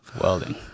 Welding